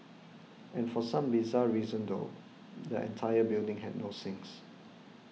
and for some bizarre reason though the entire building had no sinks